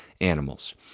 animals